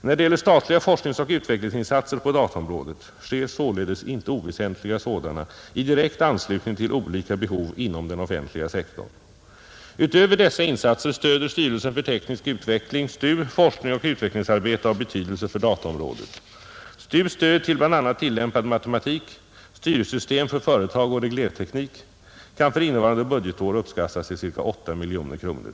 När det gäller statliga forskningsoch utvecklingsinsatser på dataområdet sker således inte oväsentliga sådana i direkt anslutning till olika behov inom den offentliga sektorn. Utöver dessa insatser stöder styrelsen för teknisk utveckling forskning och utvecklingsarbete av betydelse för dataområdet. STU:s stöd till bl.a. tillämpad matematik, styrsystem för företag och reglerteknik kan för innevarande budgetår uppskattas till ca 8 miljoner kronor.